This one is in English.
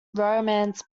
romance